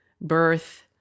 birth